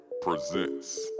presents